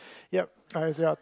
ya I can see how